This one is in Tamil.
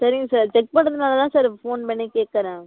சரிங்க சார் செக் பண்ணுறதுனால தான் சார் இப்போ ஃபோன் பண்ணி கேக்கிறேன்